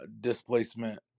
displacement